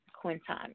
Quinton